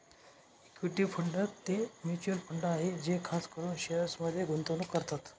equity fund ते mutual fund आहे जे खास करून शेअर्समध्ये गुंतवणूक करतात